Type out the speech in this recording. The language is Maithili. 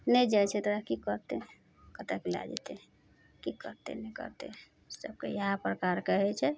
नहि जाइ छै तऽ ओकरा की करतय कतऽ कऽ लए जेतय की करतय नहि करतय सभके इएहे प्रकारके होइ छै